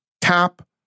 tap